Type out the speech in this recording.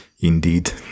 indeed